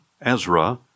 Ezra